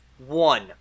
One